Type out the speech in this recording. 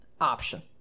option